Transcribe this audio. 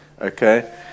okay